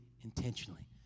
intentionally